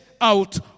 out